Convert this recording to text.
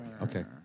okay